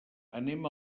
anem